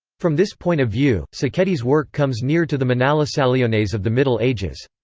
from this point of view, sacchetti's work comes near to the monalisaliones of the middle ages.